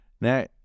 Now